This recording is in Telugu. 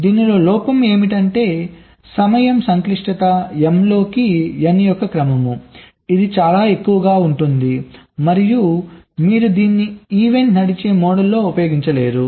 దీనిలో లోపం ఏమిటంటే సమయం సంక్లిష్టత m లోకి n యొక్క క్రమం ఇది చాలా ఎక్కువగా ఉంటుంది మరియు మీరు దీన్ని ఈవెంట్ నడిచే మోడ్లో ఉపయోగించలేరు